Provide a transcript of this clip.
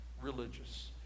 religious